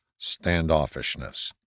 standoffishness